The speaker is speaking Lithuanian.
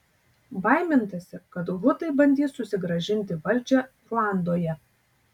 baimintasi kad hutai bandys susigrąžinti valdžią ruandoje